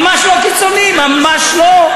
ממש לא קיצוני, ממש לא.